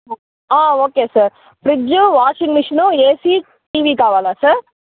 okay sir fridge washing machine AC TV కావాలా sir